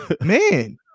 Man